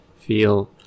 feel